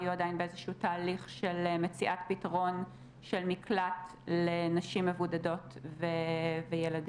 היו עדיין באיזשהו תהליך של מציאת פתרון של מקלט לנשים מבודדות וילדים.